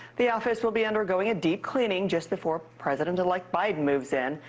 the office will be undergoing a deep cleaning just before president-elect biden moves in.